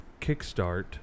kickstart